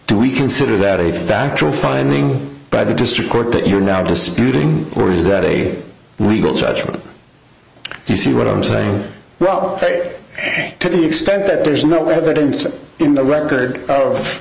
do we consider that a factual finding by the district court that you're now disputing or is that a legal judgment you see what i'm saying well to the extent that there's no evidence in the record of